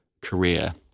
career